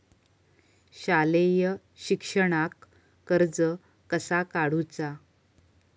शालेय शिक्षणाक कर्ज कसा काढूचा?